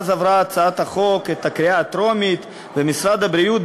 ואז עברה הצעת החוק בקריאה הטרומית ומשרד הבריאות